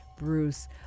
Bruce